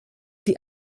die